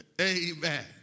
Amen